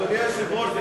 אדוני היושב-ראש,